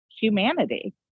humanity